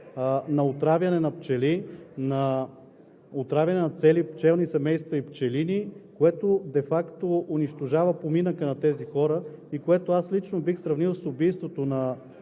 на отравяне на пчели, на отравяне на цели пчелни семейства и пчелини, което де факто унищожава поминъка на тези хора и което аз лично бих сравнил с убийството на